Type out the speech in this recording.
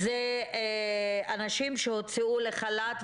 אנשים שהוצאו לחל"ת,